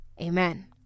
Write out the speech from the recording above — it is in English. Amen